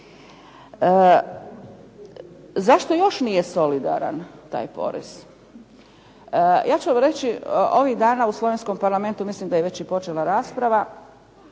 Zašto još nije solidaran taj porez? Ja ću vam reći ovih dana u slovenskom Parlamentu mislim da je već i počela rasprava